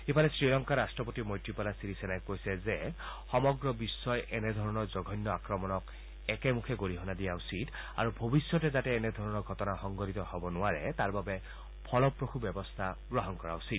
ইফালে শ্ৰীলংকাৰ ৰাট্টপতি মৈত্ৰীপালা ছিৰিসেনাই কৈছে যে সমগ্ৰ বিশ্বই এনেধৰণৰ জঘন্য আক্ৰমণক একেমুখে গৰিহণা দিয়া উচিত আৰু ভৱিষ্যতে যাতে এনে ধৰণৰ ঘটনা সংঘটিত হ'ব নোৱাৰে তাৰবাবে ফলপ্ৰসূ ব্যৱস্থা গ্ৰহণ কৰা উচিত